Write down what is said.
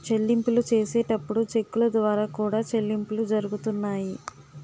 చెల్లింపులు చేసేటప్పుడు చెక్కుల ద్వారా కూడా చెల్లింపులు జరుగుతున్నాయి